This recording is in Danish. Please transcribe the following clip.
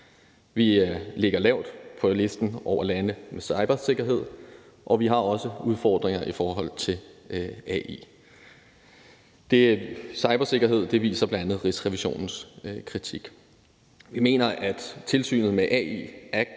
Vi ligger lavt på listen over lande i forhold til cybersikkerhed, og vi har også udfordringer i forhold til AI. Det med cybersikkerhed viser bl.a. Rigsrevisionens kritik. Vi mener, at tilsynet med AI